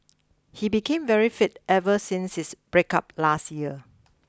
he became very fit ever since his breakup last year